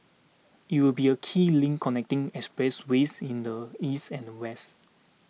it will be a key link connecting expressways in the east and west